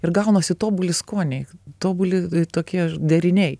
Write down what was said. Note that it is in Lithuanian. ir gaunasi tobuli skoniai tobuli tokie deriniai